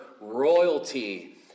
royalty